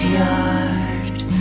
yard